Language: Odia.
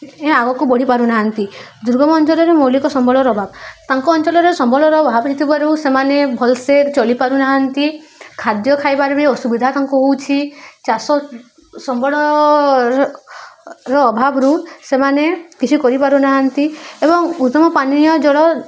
ଏ ଆଗକୁ ବଢ଼ି ପାରୁ ନାହାଁନ୍ତି ଦୁର୍ଗମ ଅଞ୍ଚଳରେ ମୌଳିକ ସମ୍ବଳର ଅଭାବ ତାଙ୍କ ଅଞ୍ଚଳରେ ସମ୍ବଳର ଅଭାବ ହେଇଥିବାରୁ ସେମାନେ ଭଲସେ ଚଳିପାରୁ ନାହାଁନ୍ତି ଖାଦ୍ୟ ଖାଇବାରେ ବି ଅସୁବିଧା ତାଙ୍କ ହେଉଛି ଚାଷ ସମ୍ବଳର ଅଭାବରୁ ସେମାନେ କିଛି କରିପାରୁ ନାହାଁନ୍ତି ଏବଂ ଉତ୍ତମ ପାନୀୟ ଜଳ